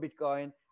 Bitcoin